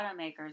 automakers